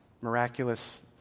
miraculous